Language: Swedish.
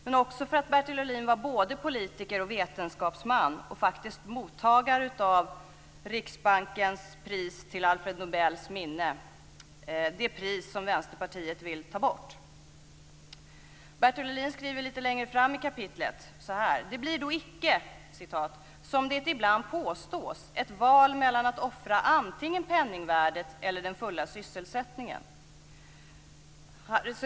Dels var Bertil Ohlin både politiker och vetenskapsman - och faktiskt mottagare av Riksbankens pris till Alfred Nobels minne, det pris som Vänsterpartiet vill ta bort. Lite längre fram i kapitlet skriver Bertil Ohlin så här: "Det blir då icke - som det ibland påstås - ett val mellan att offra antingen penningvärdet eller den fulla sysselsättningen."